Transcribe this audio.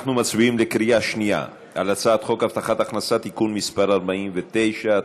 אנחנו מצביעים בקריאה שנייה על הצעת חוק הבטחת הכנסה (תיקון מס' 49),